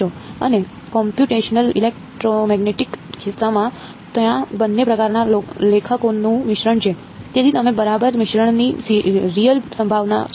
અને કોમ્પ્યુટેશનલ ઇલેક્ટ્રોમેગ્નેટિકના કિસ્સામાં છે ત્યાં બંને પ્રકારના લેખકોનું મિશ્રણ છે તેથી તમે બરાબર મિશ્રણની રિયલ સંભાવના છે